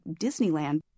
Disneyland